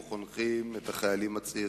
שבו חונכים את החיילים הצעירים.